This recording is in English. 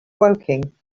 woking